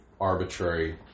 arbitrary